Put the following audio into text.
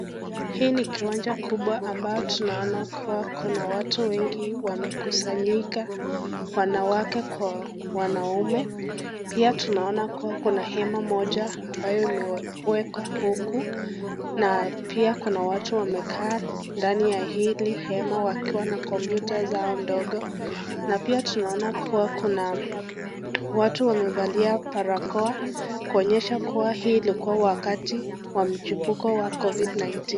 Hii ni kiwanja kubwa ambayo tunaona kuwa kuna watu wengi wamekusanyika wanawake kwa wanaume, pia tunaona kuwa kuna hema moja ambayo imewekwa huku na pia kuna watu wamekaa ndani ya hili hema wakiwa na kompyuta zao ndogo na pia tunaona kuwa kuna watu wamevalia barakoa kuonyesha kuwa hii ilikuwa ni wakati wa mchimbuko wa Covid 19.